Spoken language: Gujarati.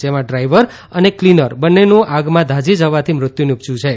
જેમાં ડ્રાઇવર અને ક્લીનર બન્નેનું આગમાં દાઝી જવાથી મૃત્યું નિપજ્યું છે